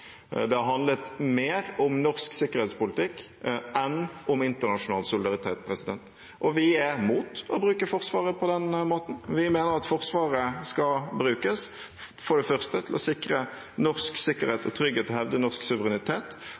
Det har handlet mer om norsk sikkerhetspolitikk enn om internasjonal solidaritet, og vi er imot å bruke Forsvaret på den måten. Vi mener at Forsvaret skal brukes for det første til å sikre norsk sikkerhet og trygghet og hevde norsk suverenitet